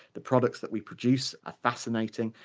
the products that we produce are fascinating,